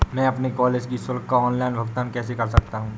मैं अपने कॉलेज की शुल्क का ऑनलाइन भुगतान कैसे कर सकता हूँ?